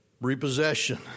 repossession